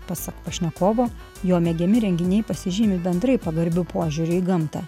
pasak pašnekovo jo mėgiami renginiai pasižymi bendrai pagarbiu požiūriu į gamtą